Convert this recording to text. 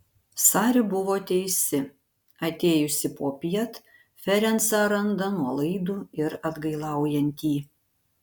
sari buvo teisi atėjusi popiet ferencą randa nuolaidų ir atgailaujantį